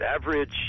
average